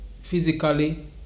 physically